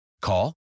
Call